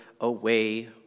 away